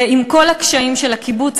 ועם כל הקשיים של הקיבוץ,